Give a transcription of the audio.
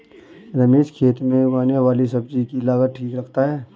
रमेश खेत में उगने वाली सब्जी की लागत ठीक रखता है